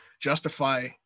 justify